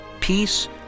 peace